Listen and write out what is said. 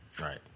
Right